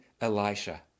Elisha